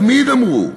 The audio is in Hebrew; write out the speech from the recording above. תמיד אמרו: